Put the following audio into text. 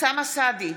אוסאמה סעדי,